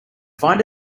find